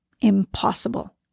Impossible